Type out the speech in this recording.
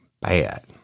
bad